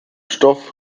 stoff